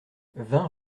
vingt